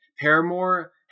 Paramore